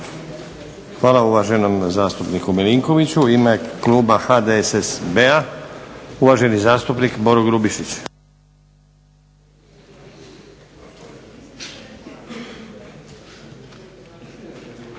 Hvala uvaženom zastupniku Milinkoviću. U ime kluba HDSSB-a, uvaženi zastupnik Boro Grubišić.